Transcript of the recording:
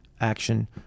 Action